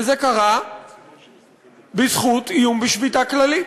וזה קרה בזכות איום בשביתה כללית,